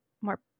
more